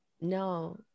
no